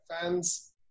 fans